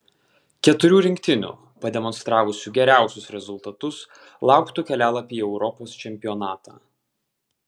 keturių rinktinių pademonstravusių geriausius rezultatus lauktų kelialapiai į europos čempionatą